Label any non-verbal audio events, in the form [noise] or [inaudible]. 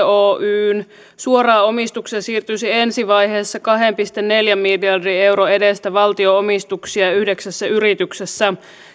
[unintelligible] oyn suoraan omistukseen siirtyisi ensi vaiheessa kahden pilkku neljän miljardin euron edestä valtion omistuksia yhdeksässä yrityksessä